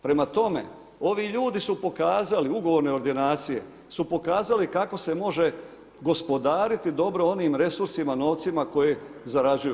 Prema tome, ovi ljudi su pokazali, ugovorne ordinacije su pokazali kako se može gospodariti dobro onim resursima novcima koje zarađuju.